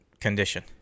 condition